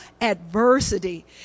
adversity